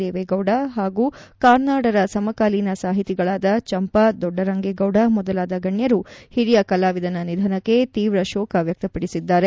ದೇವೇಗೌಡ ಹಾಗೂ ಕಾರ್ನಾಡರ ಸಮಕಾಲೀನ ಸಾಹಿತಿಗಳಾದ ಚಂಪಾ ದೊಡ್ಡರಂಗೇಗೌಡ ಮೊದಲಾದ ಗಣ್ಣರು ಹಿರಿಯ ಕಲಾವಿದನ ನಿಧನಕ್ಕೆ ತೀವ್ರ ಶೋಕ ವ್ಹಕ್ತಪಡಿಸಿದ್ದಾರೆ